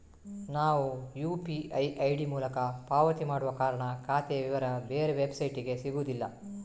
ನಾವು UPI ID ಮೂಲಕ ಪಾವತಿ ಮಾಡುವ ಕಾರಣ ಖಾತೆಯ ವಿವರ ಬೇರೆ ವೆಬ್ಸೈಟಿಗೆ ಸಿಗುದಿಲ್ಲ